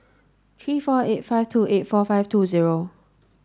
three four eight five two eight four five two zero